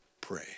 pray